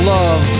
Love